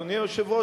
אדוני היושב-ראש,